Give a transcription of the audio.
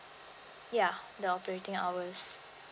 ya the operating hours